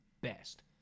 best